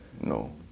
No